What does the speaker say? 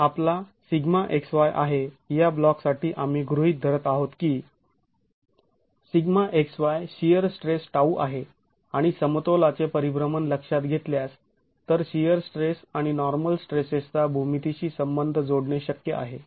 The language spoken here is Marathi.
तर आपला σxy आहे या ब्लॉक साठी आम्ही गृहीत धरत आहोत की σxy शिअर स्ट्रेस τ आहे आणि समतोलाचे परिभ्रमण लक्षात घेतल्यास तर शिअर स्ट्रेस आणि नॉर्मल स्ट्रेसेस चा भूमितीशी संबंध जोडणे शक्य आहे